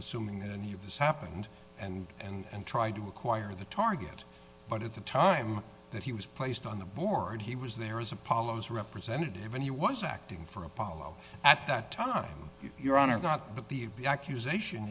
assuming that any of this happened and and tried to acquire the target but at the time that he was placed on the board he was there as apollos representative and he was acting for apollo at that time your honor got that the accusation